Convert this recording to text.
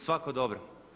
Svako dobro.